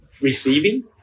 receiving